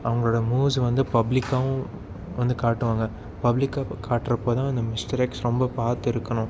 அவங்களோடய மூவ்ஸு வந்து பப்ளிக்காகவும் வந்து காட்டுவாங்க பப்ளிக்காக காட்டுறப்போதான் அந்த மிஸ்டர் எக்ஸ் ரொம்ப பார்த்து இருக்கணும்